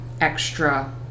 extra